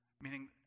Meaning